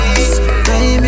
Baby